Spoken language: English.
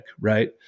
right